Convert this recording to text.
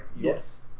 Yes